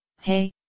hey